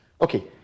okay